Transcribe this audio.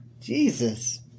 Jesus